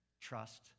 Trust